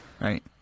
Right